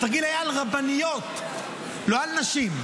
התרגיל היה על רבניות, לא על נשים.